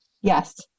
Yes